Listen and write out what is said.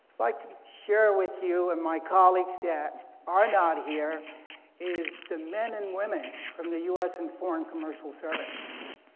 like to share with you and my colleagues that are not here is the men and women from the u s. and foreign commercial service.